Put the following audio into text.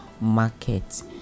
market